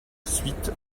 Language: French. suite